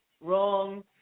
wrong